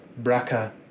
Braca